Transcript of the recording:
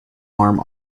arm